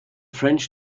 french